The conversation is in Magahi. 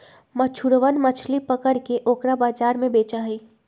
मछुरवन मछली पकड़ के ओकरा बाजार में बेचा हई